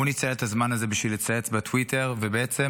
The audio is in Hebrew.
הוא ניצל את הזמן הזה בשביל לצייץ בטוויטר ובעצם,